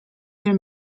their